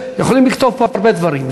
יכולים לכתוב פה הרבה דברים,